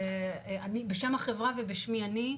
בשם החברה ובשמי אני,